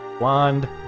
Wand